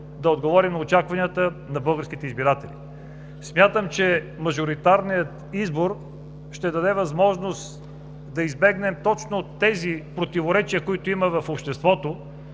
да отговорим на очакванията на българските избиратели. Смятам, че мажоритарният избор ще даде възможност да избегнем точно тези противоречия, които има в обществото